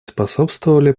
способствовали